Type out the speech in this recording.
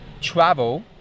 Travel